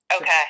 Okay